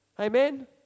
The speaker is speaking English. Amen